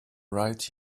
right